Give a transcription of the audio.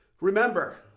Remember